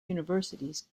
universities